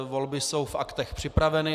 Volby jsou v aktech připraveny.